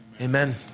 Amen